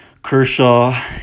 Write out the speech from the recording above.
Kershaw